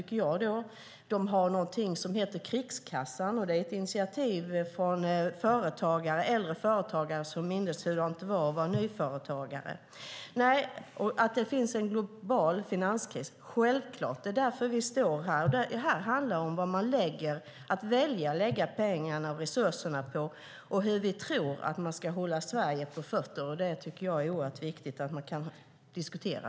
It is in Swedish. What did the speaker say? De har något som heter Krigskassa, ett initiativ taget av äldre företagare som minns hur det var att vara nyföretagare. Det finns en global finanskris - självklart vet vi det. Det är därför vi står här. Det handlar om vad man väljer att lägga resurserna på och hur vi tror att man ska hålla Sverige på fötter. Det tycker jag är oerhört viktigt att kunna diskutera.